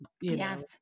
Yes